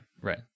right